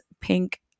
pink